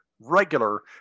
regular